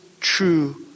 true